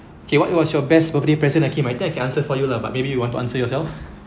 okay what was your best birthday present hakim I think I can answer for you lah but maybe you want to answer yourself